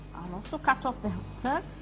will also cut of the but